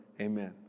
amen